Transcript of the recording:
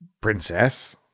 Princess